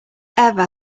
ever